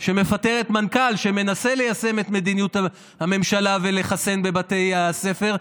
שמפטרת מנכ"ל שמנסה ליישם את מדיניות הממשלה ולחסן בבתי הספר,